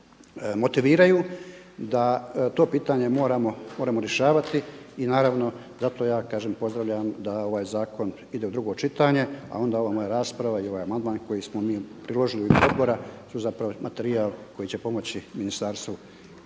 zapravo motiviraju da to pitanje moramo rješavati i naravno zato ja kažem pozdravljam da ovaj zakon ide u drugo čitanje a onda ova moja rasprava i ovaj amandman koji smo mi priložili u ime odbora su zapravo materijal koji će pomoći ministarstvu